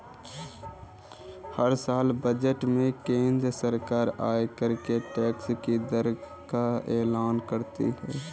हर साल बजट में केंद्र सरकार आयकर के टैक्स की दर का एलान करती है